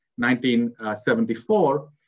1974